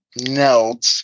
knelt